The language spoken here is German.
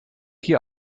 hier